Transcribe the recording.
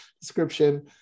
description